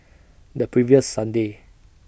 The previous Sunday